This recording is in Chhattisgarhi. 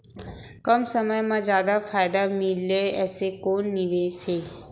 कम समय मा जादा फायदा मिलए ऐसे कोन निवेश हे?